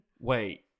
Wait